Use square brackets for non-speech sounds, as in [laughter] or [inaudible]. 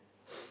[noise]